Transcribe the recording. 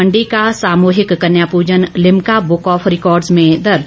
मंडी का सामूहिक कन्यापूजन लिम्का बुक ऑफ रिकॉर्डस में दर्ज